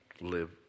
live